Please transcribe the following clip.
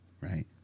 right